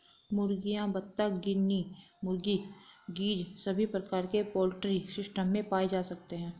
मुर्गियां, बत्तख, गिनी मुर्गी, गीज़ सभी प्रकार के पोल्ट्री सिस्टम में पाए जा सकते है